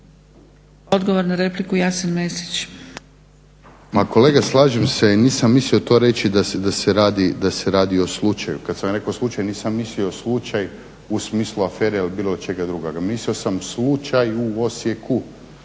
Mesić. **Mesić, Jasen (HDZ)** Ma kolega, slažem se i nisam mislio to reći da se radi o slučaju, kad sam rekao slučaj, nisam mislio slučaj u smislu afere ili bilo čega drugoga. Mislio sam slučaj u Osijeku